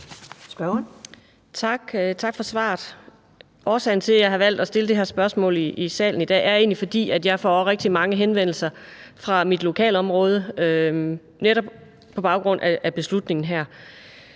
Tak for svaret. Årsagen til, at jeg har valgt at stille det her spørgsmål i salen i dag, er egentlig, at jeg får rigtig mange henvendelser fra mit lokalområde netop på baggrund af beslutningen her.